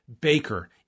Baker